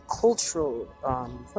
cultural